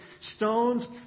stones